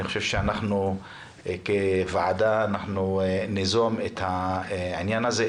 כוועדה אנחנו ניזום את התיקון הזה.